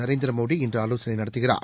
நரேந்திரமோடி இன்று ஆலோசனை நடத்துகிறார்